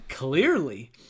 Clearly